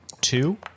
two